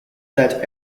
that